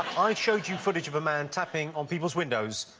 i showed you footage of a man tapping on people's windows.